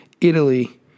Italy